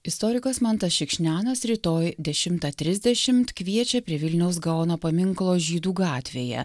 istorikas mantas šikšnianas rytoj dešimtą trisdešimt kviečia prie vilniaus gaono paminklo žydų gatvėje